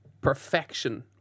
perfection